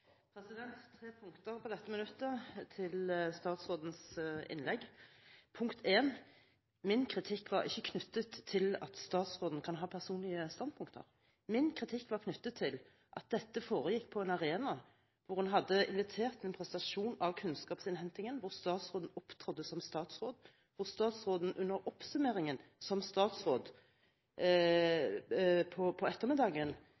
minutt. Tre punkter på dette minuttet, til statsråd Borten Moes innlegg. Punkt 1: Min kritikk var ikke knyttet til at statsråden kan ha personlige standpunkter. Min kritikk var knyttet til at dette foregikk på en arena hvor man hadde invitert til en presentasjon av kunnskapsinnhentingen, hvor statsråden opptrådte som statsråd, og hvor statsråden under oppsummeringen – som statsråd – om ettermiddagen